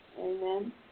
Amen